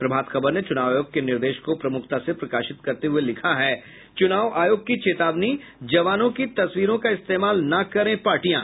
प्रभात खबर ने चुनाव आयोग के निर्देश को प्रमुखता से प्रकाशित करते हुये लिखा है चुनाव आयोग की चेतावनी जवानों की तस्वीरों का इस्तेमाल न करें पार्टियां